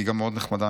היא גם מאוד נחמדה,